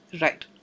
right